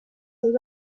seus